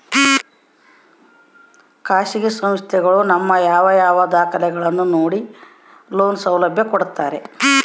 ಖಾಸಗಿ ಸಂಸ್ಥೆಗಳು ನಮ್ಮ ಯಾವ ಯಾವ ದಾಖಲೆಗಳನ್ನು ನೋಡಿ ಲೋನ್ ಸೌಲಭ್ಯ ಕೊಡ್ತಾರೆ?